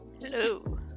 Hello